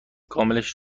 کاملش